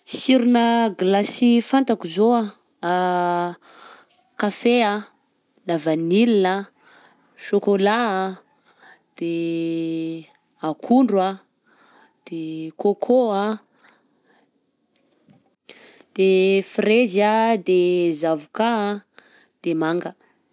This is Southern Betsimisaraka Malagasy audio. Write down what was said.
Sirona glace fantako zô a: kafe a, la vanille a, chocolat a, de akondro a, de coco a, de frezy a, de zavôka a, de manga.